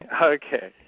Okay